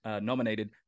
nominated